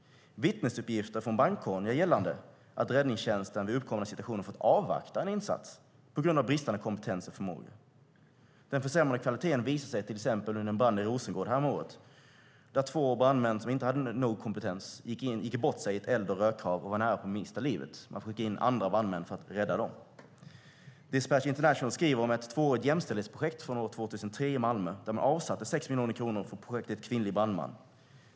Vittnesuppgifter från bankrån gör gällande att räddningstjänsten vid uppkomna situationer fått avvakta en insats på grund av bristande kompetens och förmågor. Den försämrade kvaliteten visade sig till exempel vid en brand i Rosengård häromåret, där två brandmän som inte hade tillräcklig kompetens gick bort sig i ett eld och rökhav och var nära att mista livet. Man fick skicka in andra brandmän för att rädda dem. Dispatch International skriver om ett tvåårigt jämställdhetsprojekt från 2003 i Malmö där man avsatte 6 miljoner kronor för projektet Kvinnlig brandman.